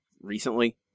recently